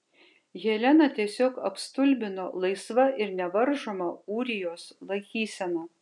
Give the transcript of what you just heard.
heleną tiesiog apstulbino laisva ir nevaržoma ūrijos laikysena